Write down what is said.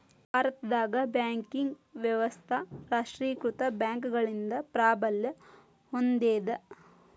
ಭಾರತದಾಗ ಬ್ಯಾಂಕಿಂಗ್ ವ್ಯವಸ್ಥಾ ರಾಷ್ಟ್ರೇಕೃತ ಬ್ಯಾಂಕ್ಗಳಿಂದ ಪ್ರಾಬಲ್ಯ ಹೊಂದೇದ